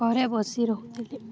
ଘରେ ବସି ରହୁଥିଲେ